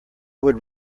would